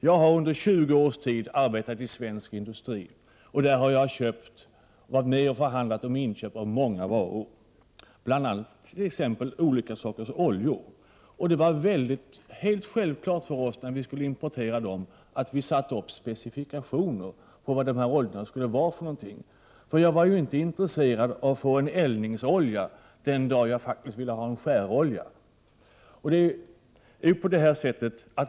Jag har under 20 års tid arbetat i svensk industri, och där har jag köpt och förhandlat om inköp av många olika varor, bl.a. olika sorters oljor. Det var alldeles självklart för oss att när vi skulle importera dem sätta upp specifikationer på vad det var fråga om för slag av olja. Jag var ju inte intresserad av att få en eldningsolja den dag jag faktiskt ville ha en skärolja.